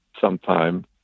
sometime